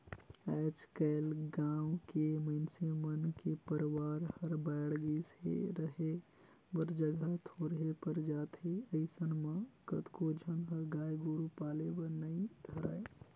आयज कायल गाँव के मइनसे मन के परवार हर बायढ़ गईस हे, रहें बर जघा थोरहें पर जाथे अइसन म कतको झन ह गाय गोरु पाले बर नइ धरय